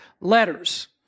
letters